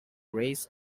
race